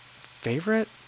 favorite